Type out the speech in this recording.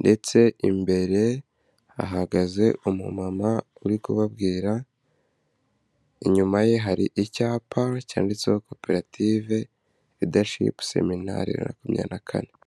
ndetse imbere hahagaze umumama uri kubabwira, inyuma ye hari icyapa cyanditseho koperative lidashipu seminari bibiri na makumyabiri na kane.